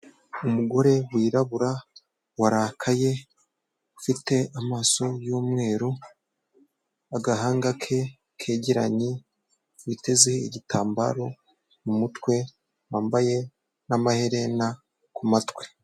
Umugore wirabura warakaye ufite amaso y'umweru, agahanga ke kegeranye, witeze igitambaro mu mutwe, wambaye n'amaherena ku matwi.